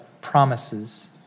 promises